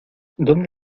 dónde